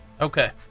Okay